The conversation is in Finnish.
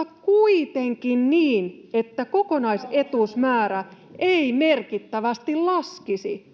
[Antti Kurvisen välihuuto] että kokonaisetuusmäärä ei merkittävästi laskisi.”